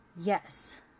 Yes